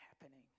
happening